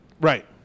Right